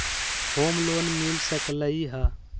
Home loan मिल सकलइ ह?